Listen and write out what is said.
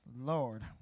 Lord